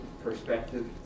Perspective